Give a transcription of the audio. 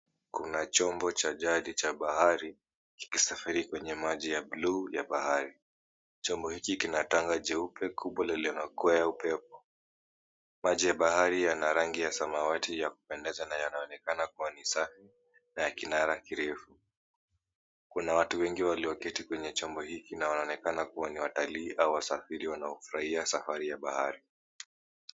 Kuna chombo cha jadi cha bahari kikisafiri kwenye maji ya buluu ya bahari. Chombo hiki kina tanga jeupe linalokwea upepo. Maji ya bahari yana rangi ya samawati yakupendeza na kuonekana safi, na kinara kirefu. Kuna watu wengi walioketi kwenye chombo hiki na wanaonekana kuwa ni watalii au wasafiri wanaofurahia safari ya bahari.